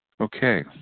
Okay